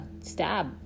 stab